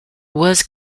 was